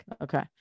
Okay